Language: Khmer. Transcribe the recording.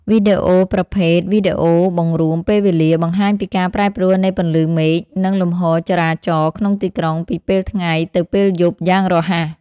វីដេអូប្រភេទ វីដេអូបង្រួមពេលវេលា បង្ហាញពីការប្រែប្រួលនៃពន្លឺមេឃ និងលំហូរចរាចរណ៍ក្នុងទីក្រុងពីពេលថ្ងៃទៅពេលយប់យ៉ាងរហ័ស។